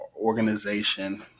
organization